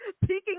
peeking